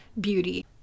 beauty